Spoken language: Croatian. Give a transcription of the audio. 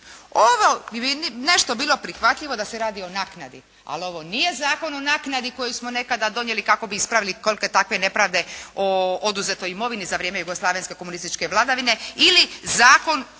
Ovo bi nešto bilo prihvatljivo da se radi o naknadi, ali ovo nije Zakon o naknadi koji smo nekada donijeli kako bi ispravili koliko takve nepravde o oduzetoj imovini za vrijeme jugoslavenske komunističke vladavine ili zakon